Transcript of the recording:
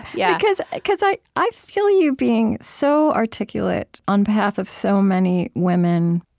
yeah because because i i feel you being so articulate on behalf of so many women,